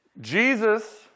Jesus